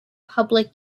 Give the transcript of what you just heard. public